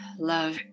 Love